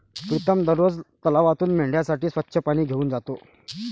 प्रीतम दररोज तलावातून मेंढ्यांसाठी स्वच्छ पाणी घेऊन जातो